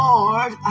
Lord